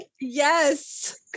Yes